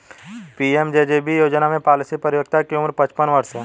PMJJB योजना में policy परिपक्वता की उम्र पचपन वर्ष है